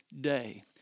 day